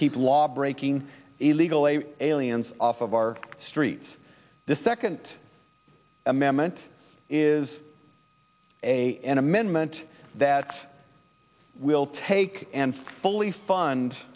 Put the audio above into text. keep lawbreaking illegal a aliens off of our streets the second amendment is an amendment that will take and fully fund